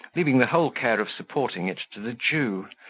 leaving the whole care of supporting it to the jew,